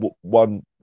one